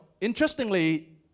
interestingly